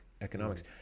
economics